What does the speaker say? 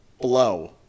blow